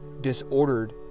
disordered